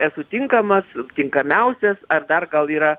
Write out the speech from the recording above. esu tinkamas tinkamiausias ar dar gal yra